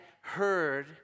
heard